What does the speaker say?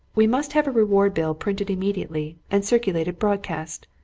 we must have a reward bill printed immediately, and circulated broadcast.